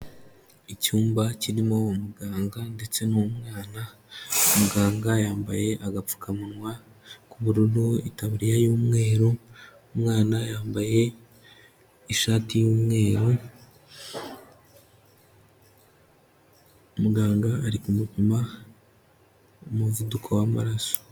Icyumba kirimo umuganga ndetse n'umwana, muganga yambaye agapfukamunwa k'ubururu, itaburiya y'umweru, umwana yambaye ishati y'umweru, muganga ari kumupima umuvuduko w'amaraso.